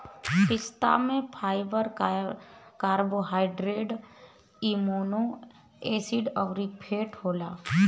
पिस्ता में fibre, carbohydrate, amino acid अउरी फैट होला